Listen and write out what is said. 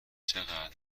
چقدر